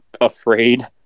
afraid